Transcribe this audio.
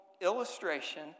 illustration